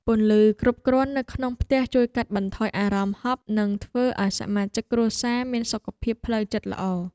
ពន្លឺគ្រប់គ្រាន់នៅក្នុងផ្ទះជួយកាត់បន្ថយអារម្មណ៍ហប់និងធ្វើឱ្យសមាជិកគ្រួសារមានសុខភាពផ្លូវចិត្តល្អ។